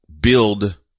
build